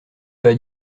pas